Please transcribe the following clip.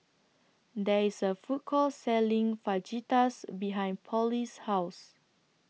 There IS A Food Court Selling Fajitas behind Polly's House